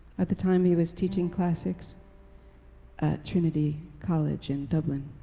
at the time, he was teaching classics at trinity college in dublin.